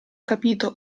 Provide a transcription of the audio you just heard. capito